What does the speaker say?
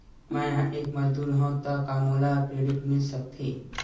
मैं ह एक मजदूर हंव त का मोला क्रेडिट मिल सकथे?